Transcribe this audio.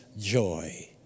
Joy